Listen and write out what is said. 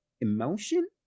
emotion